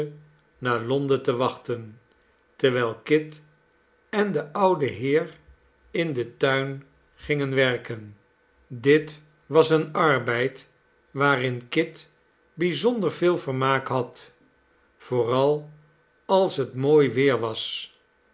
naar londen te wachten terwiji kit en de oude heer in den tuin gingen werken dit was een arbeid waarin kit bijzonder veel vermaak had vooral als het mooi weder was